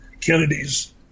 Kennedy's